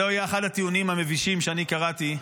היה אחד הטיעונים המבישים שאני קראתי.